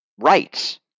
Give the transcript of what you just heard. rights